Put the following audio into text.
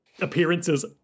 appearances